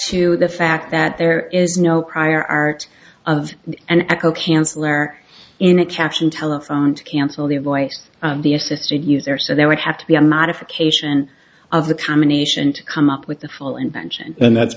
to the fact that there is no prior art of an echo canceller in a caption telephone to cancel the voice of the assistant user so there would have to be a modification of the combination to come up with the full intention and that's